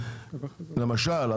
למשל,